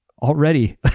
Already